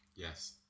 Yes